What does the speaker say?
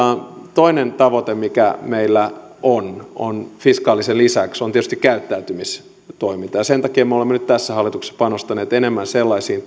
toinen tavoite mikä meillä fiskaalisen lisäksi on on tietysti käyttäytymistoiminta ja sen takia me olemme nyt tässä hallituksessa panostaneet enemmän sellaisiin